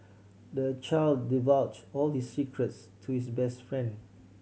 the child divulged all his secrets to his best friend